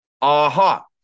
Aha